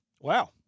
Wow